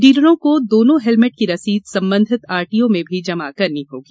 डीलरों को दोनों हेलमेट की रसीद संबंधित आरटीओ में भी जमा करनी होगी